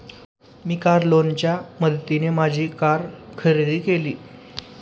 मी car लोनच्या मदतीने माझी कार खरेदी केली